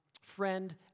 friend